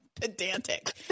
pedantic